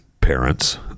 parents